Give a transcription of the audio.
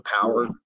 power